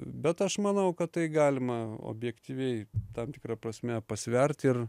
bet aš manau kad tai galima objektyviai tam tikra prasme pasvert ir